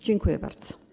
Dziękuję bardzo.